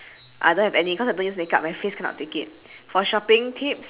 I don't have any cause I don't use makeup my face cannot take it for shopping tip